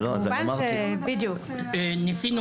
אבל כמובן ---- אז אני אמרתי --- ניסינו